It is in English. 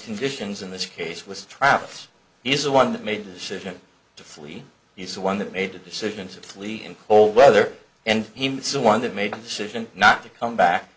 conditions in this case was trapped is the one that made the decision to flee he's the one that made the decision to flee in cold weather and he meets the one that made the decision not to come back